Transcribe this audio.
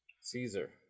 Caesar